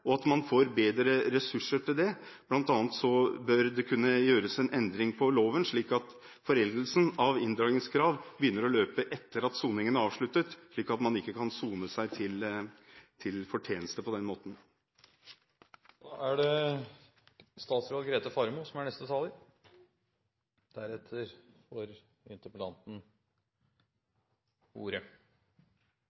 og at man får bedre ressurser til det. Blant annet bør det kunne gjøres en endring på loven slik at foreldelsen av inndragningskrav begynner å løpe etter at soningen er avsluttet, slik at man ikke kan sone seg til fortjeneste. Den økonomiske kriminaliteten spenner over en rekke straffbare forhold, og den utøves på mange ulike arenaer. Dette gjør at utfordringene med å bekjempe den er